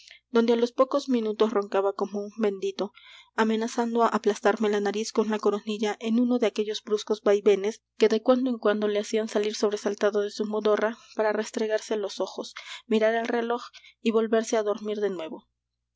donde á los pocos minutos roncaba como un bendito amenazando aplastarme la nariz con la coronilla en uno de aquellos bruscos vaivenes que de cuando en cuando le hacían salir sobresaltado de su modorra para restregarse los ojos mirar el reloj y volverse á dormir de nuevo